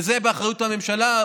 וזה באחריות הממשלה,